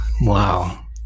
Wow